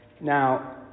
Now